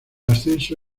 ascenso